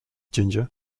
ginger